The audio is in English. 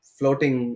floating